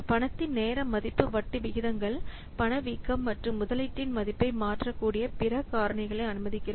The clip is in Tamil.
பணத்தின் நேர மதிப்பு வட்டி விகிதங்கள் பணவீக்கம் மற்றும் முதலீட்டின் மதிப்பை மாற்றக்கூடிய பிற காரணிகளை அனுமதிக்கிறது